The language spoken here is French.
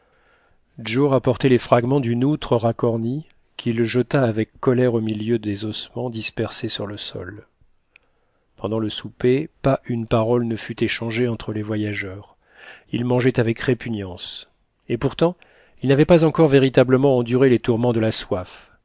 joe rapportait les fragments d'une outre racornie qu'il jeta avec colère au milieu des ossements dispersés sur le sol pendant le souper pas une parole ne fut échangée entre les voyageurs ils mangeaient avec répugnance et pourtant ils n'avaient pas encore véritablement enduré les tourments de la soif